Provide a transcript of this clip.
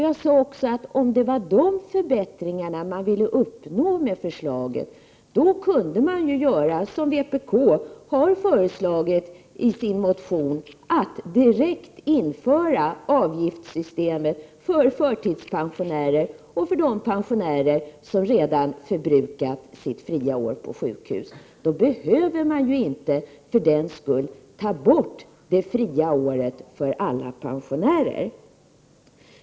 Jag sade också att om det var dessa förbättringar man ville uppnå med förslaget, då kunde man ju göra som vi inom vpk har föreslagit i vår motion och direkt införa det här avgiftssystemet för förtidspensionärer och andra pensionärer som redan har förbrukat sitt fria år på sjukhus. För den skull behöver man inte ta bort det fria året för alla pensionärer.